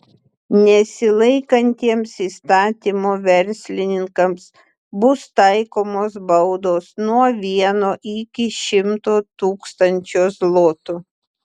nesilaikantiems įstatymo verslininkams bus taikomos baudos nuo vieno iki šimto tūkstančio zlotų